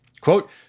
Quote